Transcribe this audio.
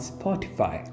Spotify